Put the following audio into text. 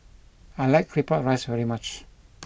I like Claypot Rice very much